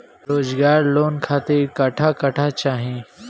रोजगार लोन खातिर कट्ठा कट्ठा चाहीं?